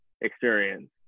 experience